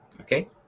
Okay